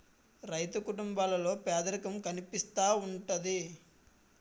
రైతు కుటుంబాల్లో పేదరికం కనిపిస్తా ఉంటది